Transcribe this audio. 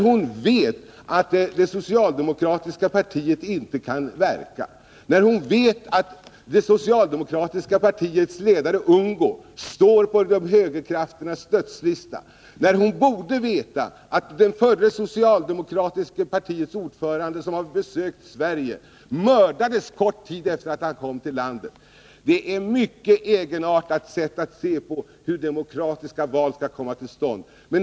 Hon vet att det socialdemokratiska partiet inte kan verka. Socialdemokratiska partiets ledare Guillermo Ungo står på de högerextremas dödslista. Och hon borde veta att det socialdemokratiska partiets förre ordförande, som har besökt Sverige, mördades kort tid efter det att han kom tillbaka till landet. Ingrid Sundberg har en mycket egenartad syn på hur demokratiska val skall komma till stånd.